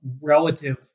relative